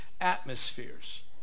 atmospheres